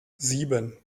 sieben